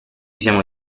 siamo